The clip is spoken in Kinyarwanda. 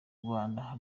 rwanda